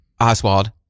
Oswald